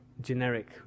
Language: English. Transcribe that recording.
generic